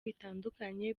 bitandukanye